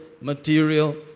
material